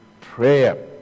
prayer